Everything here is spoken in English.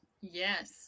Yes